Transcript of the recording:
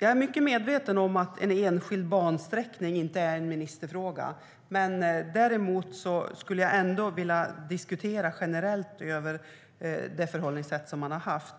Jag är medveten om att en enskild bansträckning inte är en ministerfråga, men jag skulle ändå vilja diskutera generellt det förhållningssätt man har haft.